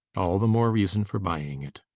all the more reason for buying it.